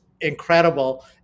incredible